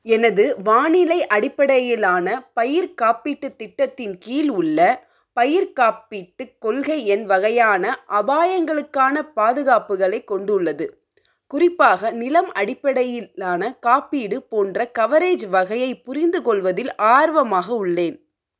எனது வானிலை அடிப்படையிலான பயிர் காப்பீட்டுத் திட்டத்தின் கீழ் உள்ள பயிர்க் காப்பீட்டுக் கொள்கை என் வகையான அபாயங்களுக்கான பாதுகாப்புகளை கொண்டுள்ளது குறிப்பாக நிலம் அடிப்படையிலான காப்பீடு போன்ற கவரேஜ் வகையைப் புரிந்துகொள்வதில் ஆர்வமாக உள்ளேன்